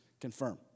Confirm